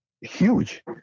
huge